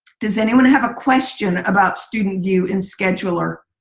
does anybody have a question about student view in scheduler?